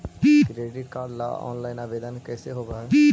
Credit card ल online आवेदन कैसे होब है?